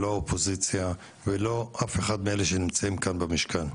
לא האופוזיציה ולא אף אחד מאלה שנמצאים כאן במשכן.